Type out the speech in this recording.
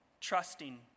trusting